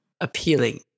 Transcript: appealing